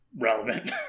relevant